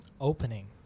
opening